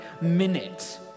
minute